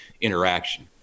interaction